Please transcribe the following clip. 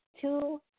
two